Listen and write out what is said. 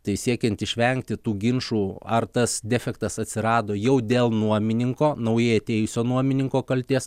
tai siekiant išvengti tų ginčų ar tas defektas atsirado jau dėl nuomininko naujai atėjusio nuomininko kaltės